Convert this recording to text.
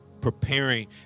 preparing